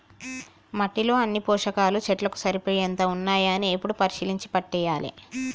మట్టిలో అన్ని పోషకాలు చెట్లకు సరిపోయేంత ఉన్నాయా అని ఎప్పుడు పరిశీలించి పంటేయాలే